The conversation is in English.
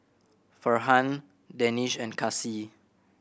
Farhan Danish and Kasih